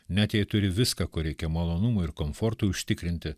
net jei turi viską ko reikia malonumui ir komfortui užtikrinti